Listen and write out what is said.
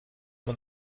man